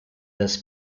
this